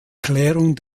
klärung